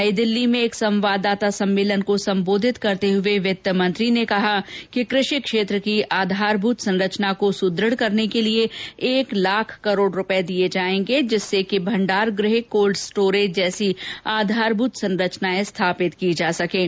नई दिल्ली में एक संवाददाता सम्मेलन को संबोधित करते हुए वित्त मंत्री ने कहा कि कृषि क्षेत्र की आधारभूत संरचना को सुदृढ करने के लिए एक लाख करोड़ रूपए दिए जाएंगे जिससे कि भंडार गृह कोल्ड स्टोरेज जैसी आधारभूत संरचनाएं स्थापित की जा सकेंगी